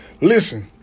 Listen